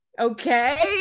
Okay